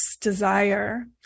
desire